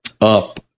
Up